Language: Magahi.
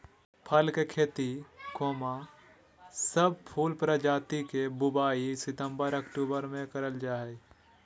फूल के खेती, सब फूल प्रजाति के बुवाई सितंबर अक्टूबर मे करल जा हई